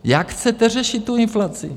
Jak chcete řešit inflaci?